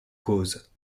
cause